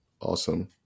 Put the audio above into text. Awesome